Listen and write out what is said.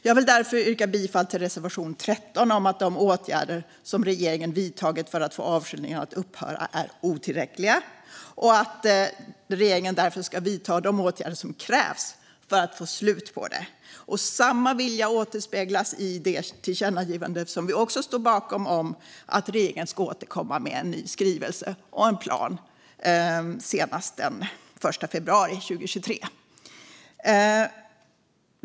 Jag vill därför yrka bifall till reservation 13 om att de åtgärder som regeringen har vidtagit för att få avskiljningarna att upphöra är otillräckliga och att regeringen därför ska vidta de åtgärder som krävs för att få slut på avskiljningarna. Samma vilja återspeglas i det förslag till tillkännagivande om att regeringen ska återkomma med en ny skrivelse och en plan senast den 1 februari 2023 som vi också står bakom.